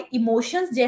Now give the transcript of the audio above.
emotions